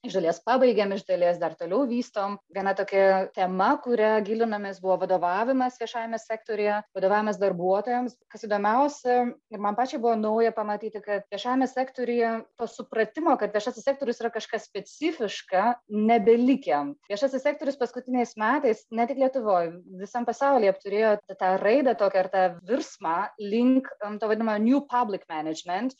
iš dalies pabaigėm iš dalies dar toliau vystom viena tokia tema kuria gilinomės buvo vadovavimas viešajame sektoriuje vadovavimas darbuotojams kas įdomiausia ir man pačiai buvo nauja pamatyti kad viešajame sektoriuje to supratimo kad viešasis sektorius yra kažkas specifiška nebelikę viešasis sektorius paskutiniais metais ne tik lietuvoj visam pasauly apturėjo tą raidą tokią ar tą virsmą link ant to vadinamo new public management